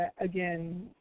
again